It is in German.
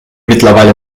mittlerweile